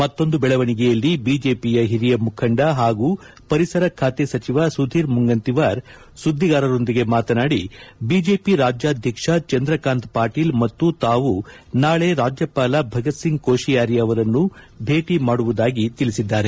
ಮತ್ತೊಂದು ಬೆಳವಣಿಗೆಯಲ್ಲಿ ಬಿಜೆಪಿಯ ಹಿರಿಯ ಮುಖಂಡ ಹಾಗೂ ಪರಿಸರ ಖಾತೆ ಸಚಿವ ಸುಧೀರ್ ಮುಂಗಂತಿವಾರ್ ಸುದ್ವಿಗಾರರೊಂದಿಗೆ ಮಾತನಾಡಿ ಬಿಜೆಪಿ ರಾಜ್ಕಾದ್ಯಕ್ಷ ಚಂದ್ರಕಾಂತ್ ಪಾಟೀಲ್ ಮತ್ತು ತಾವು ನಾಳೆ ರಾಜ್ಞಪಾಲ ಭಗತ್ ಸಿಂಗ್ ಕೊಶಿಯಾರಿ ಅವರನ್ನು ಭೇಟ ಮಾಡುವುದಾಗಿ ತಿಳಿಸಿದ್ದಾರೆ